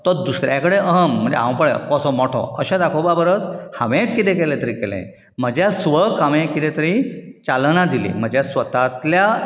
तो दुसऱ्या कडेन अहम म्हळ्यार हांव पळय कसो मोठो अशें दाखोवपा परस हांवे कितें तरी केलें म्हज्या स्वक हांवे कितें तरी चालना दिली म्हज्या स्वतांतल्या